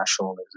nationalism